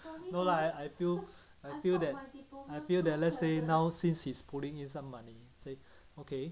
no lah I I feel I feel that I feel that let's say now since he's pulling in some money say okay